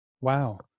Wow